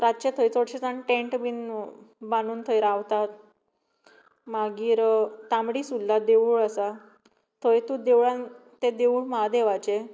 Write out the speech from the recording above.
रातचे थंय चडशे जाण टँट बीन बांदून थंय रावतात मागीर तांबडी सुर्ला देवूळ आसा थंय तूं देवळान तें देवूळ महादेवाचें